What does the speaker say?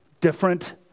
Different